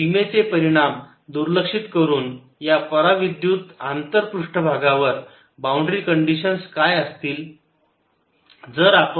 सीमेचे परिणाम दुर्लक्षित करून या परा विद्युत आंतर पृष्ठभागावर बाउंड्री कंडिशन्स काय असतील